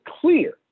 clear